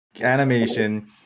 animation